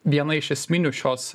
viena iš esminių šios